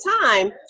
time